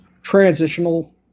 transitional